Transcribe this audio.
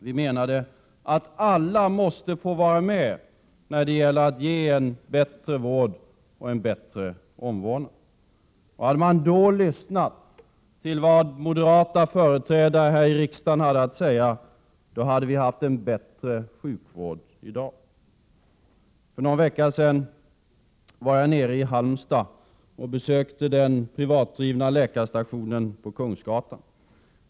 Vi menade att alla måste få vara med när det gäller att ge en bättre vård och omvårdnad. Hade man då lyssnat på vad moderata företrädare här i riksdagen hade att säga, hade vi haft en bättre sjukvård i dag. För någon vecka sedan var jag nere i Halmstad och besökte den privatdrivna läkarstationen på Kungsgatan.